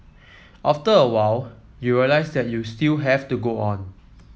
after a while you realise that you still have to go on